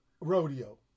rodeo